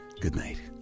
goodnight